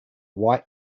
white